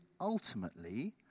ultimately